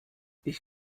ich